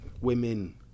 women